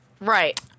Right